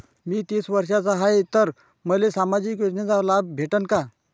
मी तीस वर्षाचा हाय तर मले सामाजिक योजनेचा लाभ भेटन का?